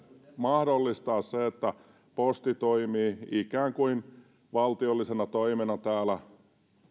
mahdollistaa se että posti toimii ikään kuin valtiollisena toimena täällä